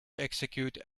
execute